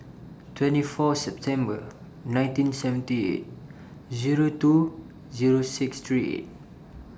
twenty four September nineteen seventy eight Zero two Zero six three eight